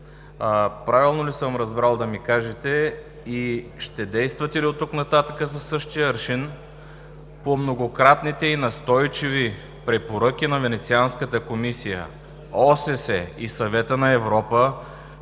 Правилно ли съм разбрал, да ми кажете? И ще действате ли оттук нататък със същия аршин по многократните и настойчиви препоръки на Венецианската комисия, ОССЕ и Съвета на Европа